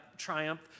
triumph